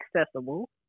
accessible